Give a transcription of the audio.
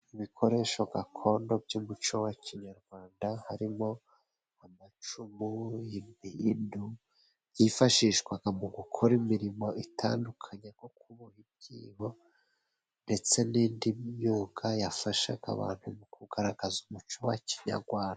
Ibikoresho gakondo by'umuco wa kinyarwanda harimo amacumu, impindu byifashishwaga mu gukora imirimo itandukanye nko kuboha ibyibo, ndetse n'indi myuka yafasha abantu mu kugaragaza umuco wa kinyagwanda